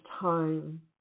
time